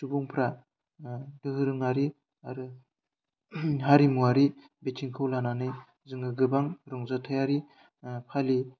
सुबुंफ्रा दोहोरोङारि आरो हारिमुवारि बिथिंखौ लानानै जोङो गोबां रंजाथायारि फालियो